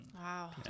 wow